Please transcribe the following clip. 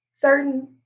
certain